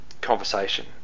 conversation